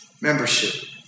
membership